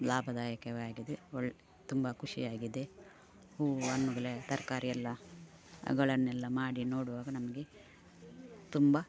ಲಾಭದಾಯಕವೇ ಆಗಿದೆ ಒಳ್ಳೆ ತುಂಬ ಖುಷಿ ಆಗಿದೆ ಹೂ ಹಣ್ಣುಗಳೆ ತರಕಾರಿ ಎಲ್ಲ ಅಗಳನ್ನೆಲ್ಲ ಮಾಡಿ ನೋಡುವಾಗ ನಮಗೆ ತುಂಬ